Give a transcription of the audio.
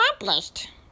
accomplished